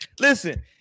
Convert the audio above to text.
Listen